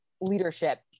leadership